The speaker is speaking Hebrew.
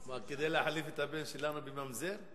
כדי להחליף את הבן שלנו בממזר?